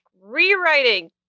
rewriting